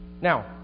Now